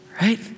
right